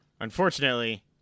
unfortunately